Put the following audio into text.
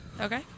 Okay